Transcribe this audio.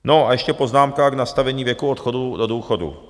No a ještě poznámka k nastavení věku odchodu do důchodu.